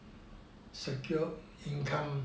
secure income